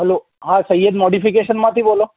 hello હા સૈયદ મૉડિફિકશનમાંથી બોલો